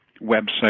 website